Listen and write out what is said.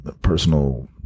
personal